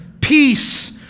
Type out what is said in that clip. peace